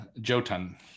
Jotun